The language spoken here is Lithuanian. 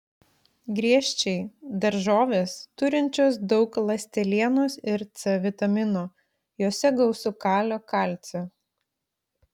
griežčiai daržovės turinčios daug ląstelienos ir c vitamino juose gausu kalio kalcio